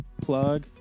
plug